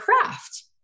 craft